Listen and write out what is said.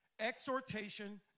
exhortation